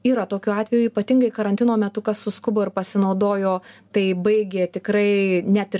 yra tokių atveju ypatingai karantino metu kas suskubo ir pasinaudojo tai baigė tikrai net ir